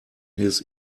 his